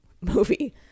movie